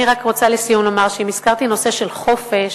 אני רק רוצה לומר לסיום שאם הזכרתי נושא של חופש,